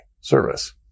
service